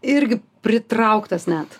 irgi pritrauktas net